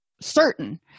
certain